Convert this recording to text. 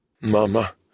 Mama